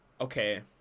okay